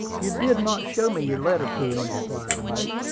you did not show me your letter to him, replied the mate.